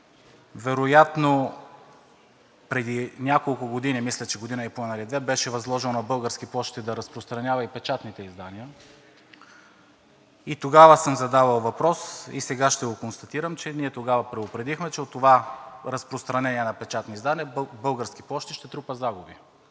вероятно преди няколко години, мисля, че година и половина или две, беше възложено на „Български пощи“ да разпространява и печатните издания, и тогава съм задавал въпрос, и сега ще го констатирам, че ние тогава предупредихме, че от това разпространение на печатни издания „Български пощи“ ще трупа загуби.